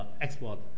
export